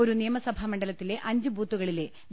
ഒരു നിയമസഭാ മണ്ഡലത്തിലെ അഞ്ച് ബൂത്തുകളിലെ വി